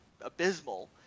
abysmal